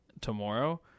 tomorrow